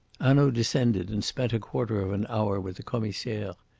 hanaud descended and spent a quarter of an hour with the commissaire.